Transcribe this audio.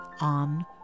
on